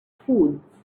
foods